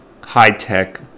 high-tech